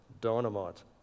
dynamite